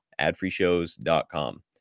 AdFreeShows.com